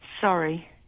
Sorry